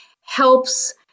helps